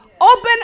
Open